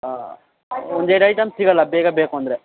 ಆಂ ಒಂದೆರಡು ಐಟಮ್ಸ್ ಸಿಗೋಲ್ಲ ಬೇಗ ಬೇಕು ಅಂದರೆ